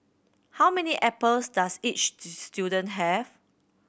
how many apples does each student have